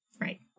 Right